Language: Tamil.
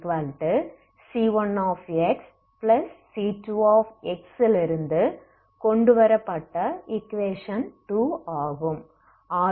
லிருந்து கொண்டுவரப்பட்ட ஈக்வேஷன் ஆகும்